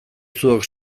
zuok